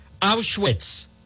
Auschwitz